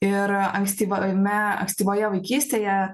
ir ankstyvajame ankstyvoje vaikystėje